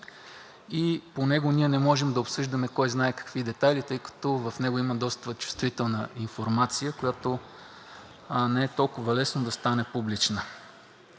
и по него ние не можем да обсъждаме кой знае какви детайли, тъй като в него има доста чувствителна информация, която не е толкова лесно да стане публична.